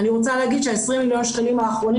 אני רוצה להגיד שה-20 מיליון שקלים האחרונים